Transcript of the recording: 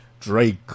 Drake